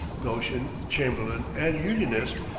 goschen, chamberlain, and unionist,